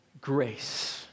grace